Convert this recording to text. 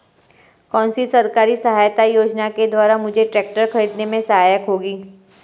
कौनसी सरकारी सहायता योजना के द्वारा मुझे ट्रैक्टर खरीदने में सहायक होगी?